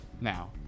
now